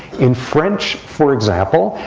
in french, for example,